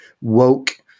woke